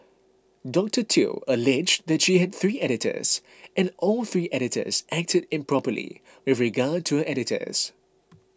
Dr Theo alleged that she had three editors and all three editors acted improperly with regard to her articles